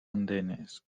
andenes